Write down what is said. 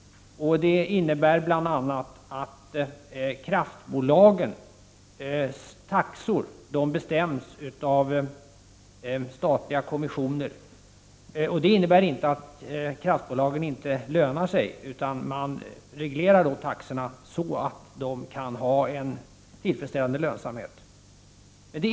Det innebär bl.a. att kraftbolagens taxor bestäms av statliga kommissioner. Det betyder inte att kraftbolagen inte lönar sig, utan taxorna regleras så att bolagen kan ha en tillfredsställande lönsamhet.